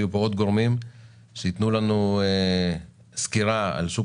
ויהיו פה עוד גורמים שייתנו לנו סקירה על שוק